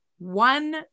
One